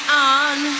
on